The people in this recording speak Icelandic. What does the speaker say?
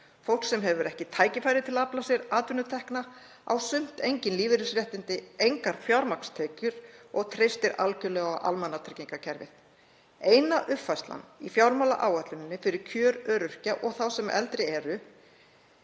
Fólk sem ekki hefur tækifæri til að afla sér atvinnutekna hefur sumt engin lífeyrisréttindi, engar fjármagnstekjur og treystir algerlega á almannatryggingakerfið. Eina uppfærslan í fjármálaáætluninni fyrir kjör öryrkja og þá sem eldri eru